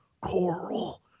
Coral